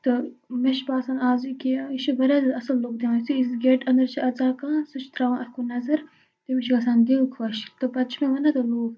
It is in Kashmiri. تہٕ مےٚ چھِ باسان آز یہِ کہِ یہِ چھِ واریاہ زیادٕ اَصٕل لُک دِوان یُتھُے أسۍ گیٹہٕ اندَر چھِ اَژان کانٛہہ سُہ چھِ ترٛاوان اَتھ کُن نظر تٔمِس چھِ گژھان دِل خۄش تہٕ پَتہٕ چھِ مےٚ وَنان تِم لوٗکھ